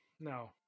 no